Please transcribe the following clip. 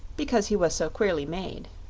because he was so queerly made.